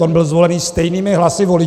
On byl zvolen stejnými hlasy voličů.